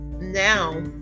now